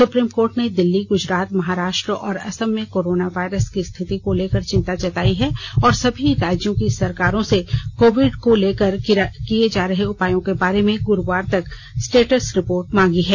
supreme court ने दिल्ली गुजरात महाराष्ट्र और असम में कोरोना वायरस की स्थिति को लेकर चिंता जताई है और सभी राज्यों की सरकारों से कोविड को लेकर किए जा रहे उपायों के बारे में गुरुवार तक स्टेटस रिपोर्ट मांगी है